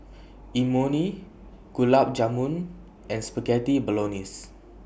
Imoni Gulab Jamun and Spaghetti Bolognese